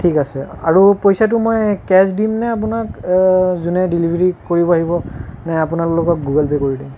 ঠিক আছে আৰু পইচাটো মই কেছ দিম নে আপোনাক যোনে ডেলিভাৰী কৰিব আহিব নে আপোনালোকক গুগুল পে' কৰি দিম